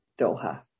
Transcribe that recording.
Doha